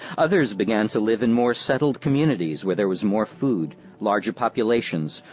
others began to live in more settled communities where there was more food, larger populations,